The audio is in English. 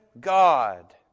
God